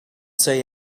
say